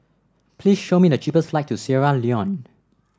please show me the cheapest flight to Sierra Leone